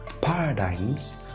Paradigms